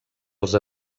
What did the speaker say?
els